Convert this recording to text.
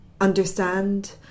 understand